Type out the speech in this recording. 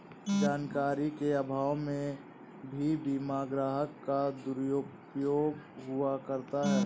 जानकारी के अभाव में भी बीमा ग्राहक का दुरुपयोग हुआ करता है